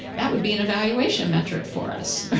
that would be an evaluation metric for us.